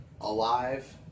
alive